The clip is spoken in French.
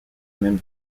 même